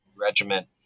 Regiment